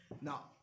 now